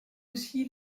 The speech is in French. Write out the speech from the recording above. aussi